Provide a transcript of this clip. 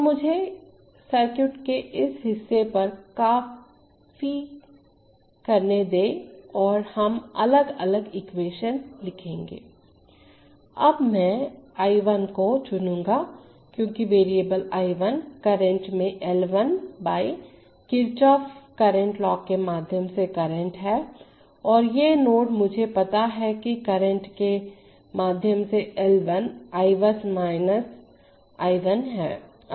तो मुझे सर्किट के इस हिस्से पर कॉपी करने दें और हम अलग अलग इक्वेशन लिखेंगे अब मैं I1 को चुनूंगा क्योंकि वेरिएबल I1 करंट में L1 किरचॉफ करंट लॉ के माध्यम से करंट है और ये नोड मुझे पता है कि करंट में के माध्यम से L2 Is I 1 है